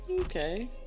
okay